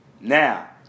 Now